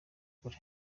ukuri